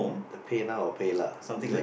the PayNow or pay lah is it